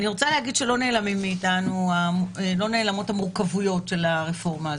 אני רוצה להגיד שלא נעלמות מאיתנו המורכבויות של הרפורמה הזאת,